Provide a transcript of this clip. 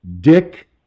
Dick